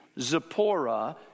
Zipporah